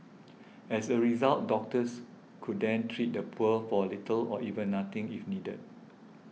as a result doctors could then treat the poor for little or even nothing if needed